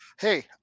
hey